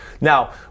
Now